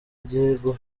igihugu